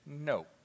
no